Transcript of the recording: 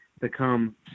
become